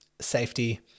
safety